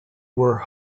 were